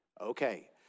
Okay